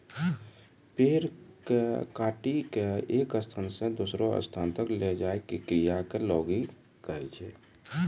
पेड़ कॅ काटिकॅ एक स्थान स दूसरो स्थान तक लै जाय के क्रिया कॅ लॉगिंग कहै छै